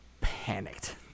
panicked